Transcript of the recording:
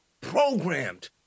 programmed